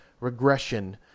Regression